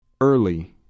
Early